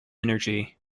energy